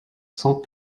sans